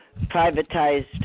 privatized